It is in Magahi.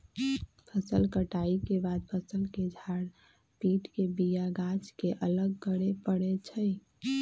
फसल कटाइ के बाद फ़सल के झार पिट के बिया गाछ के अलग करे परै छइ